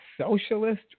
socialist